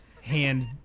hand